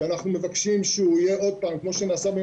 שאנחנו מבקשים שהוא יהיה כמו שנעשה,